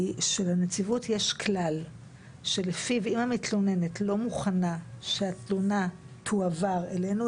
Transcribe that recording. שלנציבות יש כלל שלפיו אם המתלוננת לא מוכנה שהתלונה תועבר אלינו,